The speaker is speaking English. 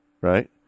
Right